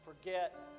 forget